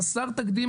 חסר תקדים,